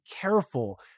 careful